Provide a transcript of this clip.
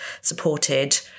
supported